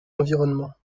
environnement